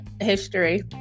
history